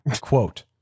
quote